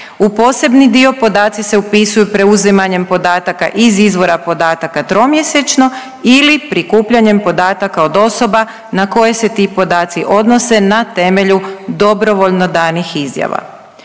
U posebni dio podaci se upisuju preuzimanjem podataka iz izvora podataka tromjesečno ili prikupljanjem podataka od osoba na koje se ti podaci odnose na temelju dobrovoljno danih izjava.